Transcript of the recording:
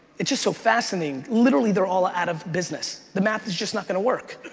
it's just so fascinating, literally, they're all out of business. the math is just not gonna work.